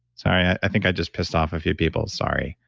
sorry, i think i just pissed off a few people. sorry.